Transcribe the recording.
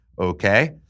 okay